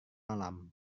malam